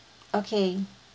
okay